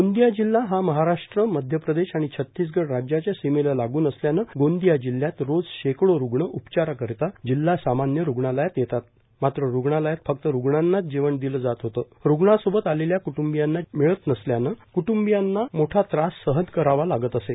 गोंदिया जिल्हा हा महाराष्ट्र मध्यप्रदेश आणि छतीसगढ राज्याच्या सीमेला लागून असल्यानं गोंदिया जिल्यात रोज शेकडो रुग्ण उपचाराकरिता जिल्हा सामान्य रुग्णालयात येतात मात्र रुग्णालयात फक्त रुग्णांनाच जेवण दिलं जात होतं रुग्णासोबत आलेल्या क्टूंबियांना जेवण मिळत नसल्यानं क्टूंबियांना मोठा त्रास सहन करावा लागत असे